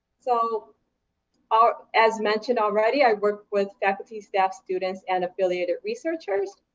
so ah as mentioned already, i work with faculty, staff, students, and affiliated researchers.